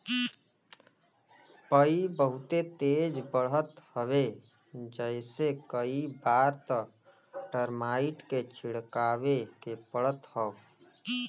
पई बहुते तेज बढ़त हवे जेसे कई बार त टर्माइट के छिड़कवावे के पड़त हौ